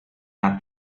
una